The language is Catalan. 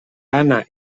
anna